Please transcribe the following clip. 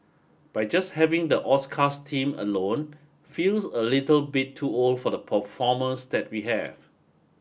but just having the Oscars team alone feels a little bit too old for the performers that we have